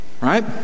right